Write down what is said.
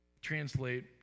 translate